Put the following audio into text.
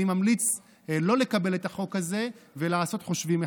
אני ממליץ לא לקבל את החוק הזה ולעשות חושבים מחדש.